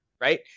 right